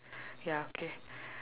ya okay